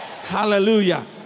Hallelujah